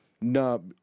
No